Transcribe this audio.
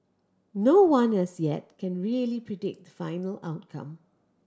no one as yet can really predict final outcome